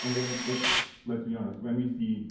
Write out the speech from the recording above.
and again let's let's be honest when we see